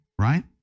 right